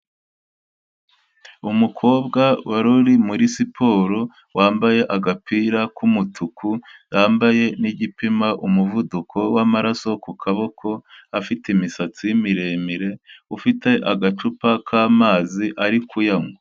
Umukobwa wari uri muri siporo, wambaye agapira k'umutuku, yambaye n'igipima umuvuduko w'amaraso ku kaboko, afite imisatsi miremire, ufite agacupa k'amazi ari kuyanywa.